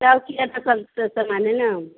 सब किराने का सामान है न